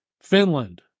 Finland